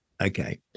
Okay